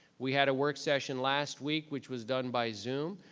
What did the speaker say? we had a work session last week, which was done by zoom,